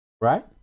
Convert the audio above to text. right